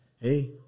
hey